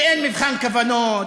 שאין מבחן כוונות,